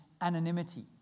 anonymity